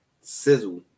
sizzle